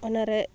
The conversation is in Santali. ᱚᱱᱟᱨᱮ